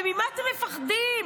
וממה אתם מפחדים?